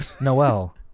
Noel